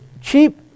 cheap